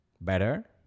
better